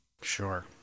Sure